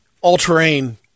all-terrain